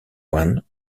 one